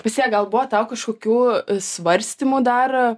vis tiek gal buvo tau kažkokių svarstymų dar